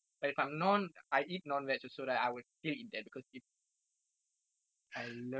I love it man